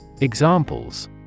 Examples